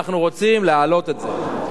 אנחנו רוצים להעלות את זה.